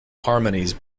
harmonies